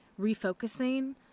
refocusing